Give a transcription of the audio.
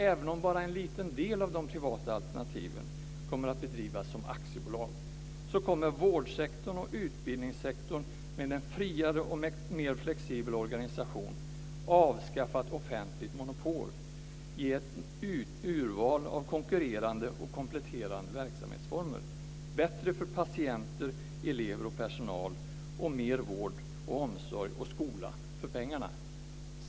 Även om bara en liten del av de privata alternativen kommer att drivas som aktiebolag kommer vårdsektorn och utbildningssektorn med en friare och mer flexibel organisation att avskaffa ett offentligt monopol i ett urval av konkurrerande och kompletterande verksamhetsformer. Det är bättre för patienter, elever och personal, och det blir mer vård, omsorg och skola för pengarna.